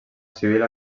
civil